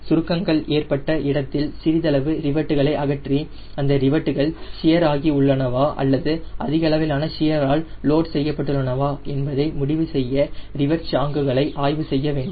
சுருக்கங்கள் ஏற்பட்ட இடத்தில் சிறிதளவு ரிவெட்டுகளை அகற்றி அந்த ரிவட்டுகள் ஷியர் ஆகி உள்ளனவா அல்லது அதிகளவிலான ஷியரால் லோட் செய்யப்பட்டுள்ளனவா என்பதை முடிவு செய்ய ரிவட் ஷாங்க்குகளை ஆய்வு செய்ய வேண்டும்